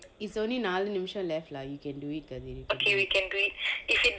it's only நாலு நிமிசம்:naalu nimisam left lah you can do it kathiri